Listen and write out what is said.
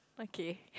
okay